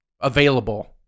available